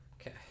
okay